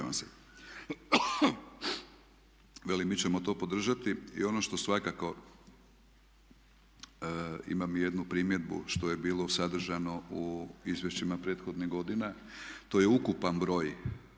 mi ćemo to podržati i ono što svakako, imam jednu primjedbu što je bilo sadržano u izvješćima prethodnih godina, to je ukupan broj